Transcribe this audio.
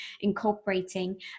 incorporating